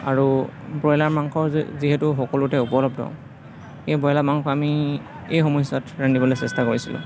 আৰু ব্ৰইলাৰ মাংস যিহেতু সকলোতে উপলব্ধ এই ব্ৰইলাৰ মাংস আমি এই সময়ছোৱাত ৰান্ধিবলৈ চেষ্টা কৰিছিলোঁ